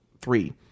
three